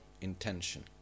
Intention